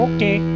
Okay